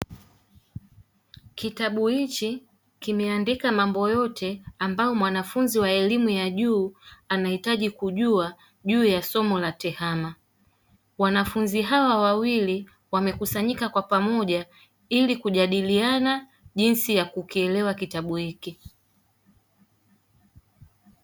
Kitabu hichi kimeandika mambo yote ambayo mwanafunzi wa elimu ya juu anahitaji kujua juu ya somo la tehama, wanafunzi hawa wawili wamekusanyika kwa pamoja ili kujadiliana jinsi ya kukielewa kitabu hiki.